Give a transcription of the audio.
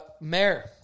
mayor